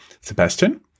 sebastian